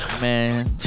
man